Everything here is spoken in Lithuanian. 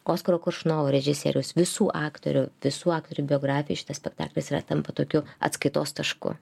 oskaro koršunovo režisierius visų aktorių visų aktorių biografija šitas spektaklis yra tampa tokiu atskaitos tašku